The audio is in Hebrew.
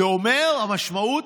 המשמעות,